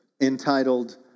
entitled